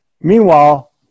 Meanwhile